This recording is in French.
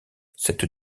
cette